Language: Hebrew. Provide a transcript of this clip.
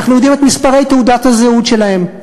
אנחנו יודעים את מספרי תעודת הזהות שלהם.